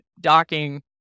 docking